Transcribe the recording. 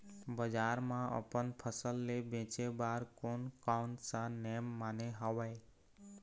बजार मा अपन फसल ले बेचे बार कोन कौन सा नेम माने हवे?